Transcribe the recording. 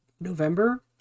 November